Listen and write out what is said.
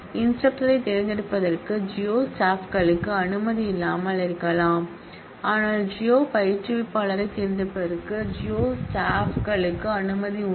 இன்ஸ்டிரக்டர்ரைத் தேர்ந்தெடுப்பதற்கு ஜியோ ஸ்டாப்களுக்கு அனுமதி இல்லாமல் இருக்கலாம் ஆனால் ஜியோ பயிற்றுவிப்பாளரைத் தேர்ந்தெடுப்பதற்கு ஜியோ ஸ்டாப்களுக்கு அனுமதி உண்டு